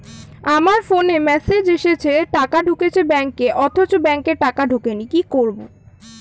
আমার ফোনে মেসেজ এসেছে টাকা ঢুকেছে ব্যাঙ্কে অথচ ব্যাংকে টাকা ঢোকেনি কি করবো?